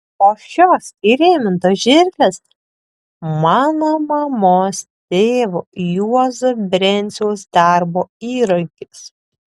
o šios įrėmintos žirklės mano mamos tėvo juozo brenciaus darbo įrankis